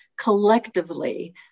collectively